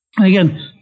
Again